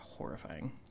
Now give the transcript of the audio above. horrifying